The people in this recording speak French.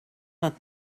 vingt